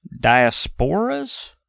diasporas